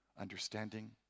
understanding